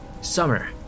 Summer